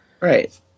Right